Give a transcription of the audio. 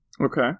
Okay